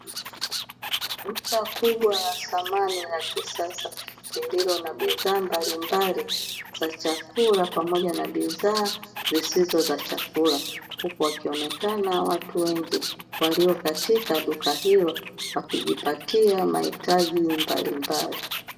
Duka kubwa la thamani la kisasa lililo na bidhaa mbalimbali za chakula pamoja na bidhaa zisizo za chakula, hivyo wanaonekana watu wengi walio katika duka hilo wakijipatia mahitaji mbalimbali.